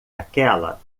aquela